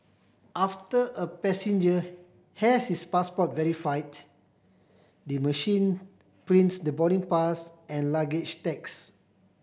after a passenger has his passport verified the machine prints the boarding pass and luggage tags